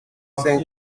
cinq